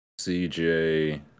CJ